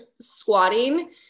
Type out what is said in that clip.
squatting